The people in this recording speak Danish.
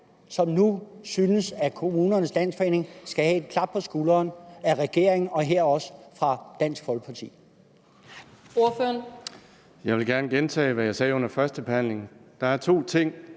som nu synes, at Kommunernes Landsforening skal have et klap på skulderen af regeringen og også af Dansk Folkeparti.